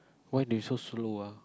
why they so slow ah